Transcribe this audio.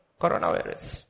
Coronavirus